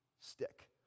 stick